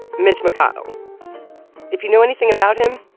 mitch mcconnell if you know anything about him,